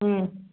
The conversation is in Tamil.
ம்